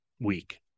week